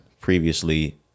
previously